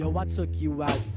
ah what took you ah